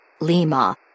Lima